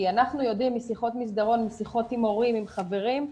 כי אנחנו יודעים משיחות מסדרון ומשיחות עם הורים וחברים,